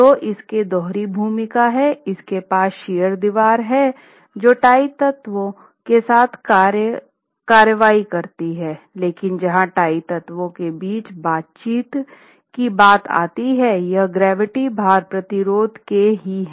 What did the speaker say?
तो इसकी दोहरी भूमिका है इसके पास शियर दीवार है जो टाई तत्वों के साथ कार्रवाई करती है लेकिन जहाँ टाई तत्वों के बीच बातचीत की बात आती है यह गुरुत्वाकर्षण भार प्रतिरोध के ही है